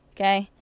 okay